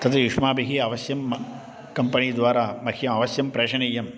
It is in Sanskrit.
तद् युष्माभिः अवश्यं म कम्पनी द्वारा मह्यम् अवश्यं प्रेषणीयं